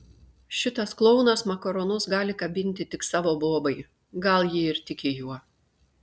šitas klounas makaronus gali kabinti tik savo bobai gal ji ir tiki juo